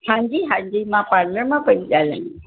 हां जी हां जी मां पार्लर मां पई ॻाल्हायां